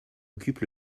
occupe